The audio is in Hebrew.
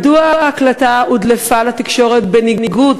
מדוע הודלפה ההקלטה לתקשורת בניגוד